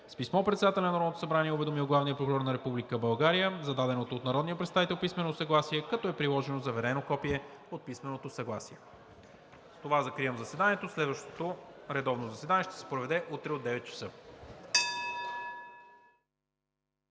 С писмо председателят на Народното събрание е уведомил Главния прокурор на Република България за даденото от народния представител писмено съгласие, като е приложено заверено копие от писменото съгласие. Следващото редовно заседание ще се проведе на 12 май